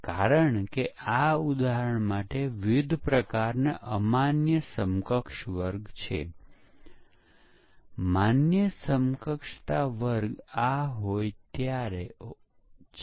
તેથી યોગ્ય પદ્ધતિથી વ્યવસ્થિત ડેવલપમેંટશીલ સોફ્ટવેર કોડ માં બગની શક્યતા ઘટાડી શકાય છે